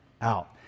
out